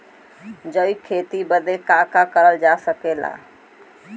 जैविक खेती बदे का का करल जा सकेला?